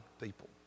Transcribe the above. people